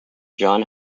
john